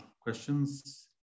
questions